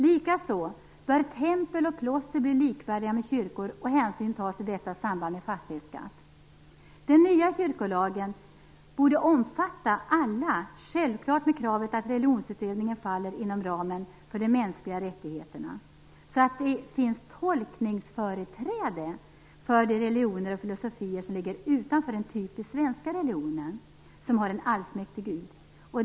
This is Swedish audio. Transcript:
Likaså bör tempel och kloster bli likvärdiga med kyrkor och hänsyn tas till detta i samband med fastighetsskatt. Den nya kyrkolagen borde omfatta alla, självklart med kravet att religionsutövningen faller inom ramen för de mänskliga rättigheterna så att det finns tolkningsföreträde för de religioner och filosofier som ligger utanför den typiskt svenska religionen som har en allsmäktig gud.